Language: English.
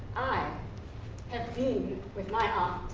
i have been with my aunt,